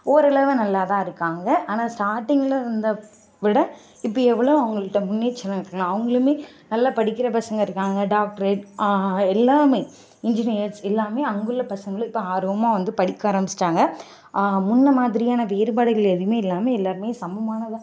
ஓரளவு நல்லா தான் இருக்காங்க ஆனால் ஸ்டார்ட்டிங்கில் இருந்ததை விட இப்போ எவ்வளோ அவங்கள்ட்ட முன்னேற்றம்லாம் இருக்குதுனா அவங்களுமே நல்லா படிக்கிற பசங்க இருக்காங்க டாக்ட்ரேட் எல்லாமே இன்ஜினியர்ஸ் எல்லாமே அங்குள்ள பசங்களும் இப்போ ஆர்வமாக வந்து படிக்க ஆரம்பிச்சுட்டாங்க முன்னே மாதிரியான வேறுபாடுகள் எதுவுமே இல்லாமல் எல்லோருமே சமமானதாக